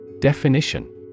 Definition